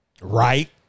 Right